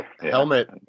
Helmet